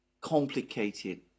complicated